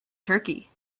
turkey